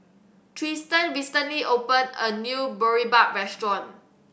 Tristan recently opened a new Boribap restaurant